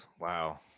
Wow